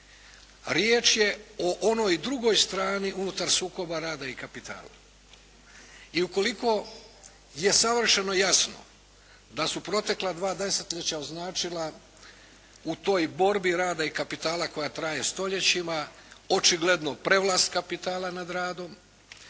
Riječ je o onoj drugoj strani unutar sukoba rada i kapitala. I ukoliko je savršeno jasno da su protekla dva desetljeća označila u toj borbi rada i kapitala koja traje stoljećima očigledno prevlast kapitala nad radom,